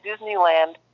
Disneyland